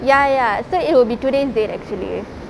ya ya ya so it will be today's date actually